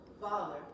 Father